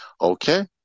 Okay